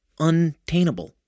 untainable